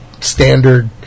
standard